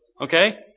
Okay